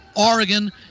Oregon